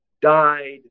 died